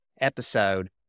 episode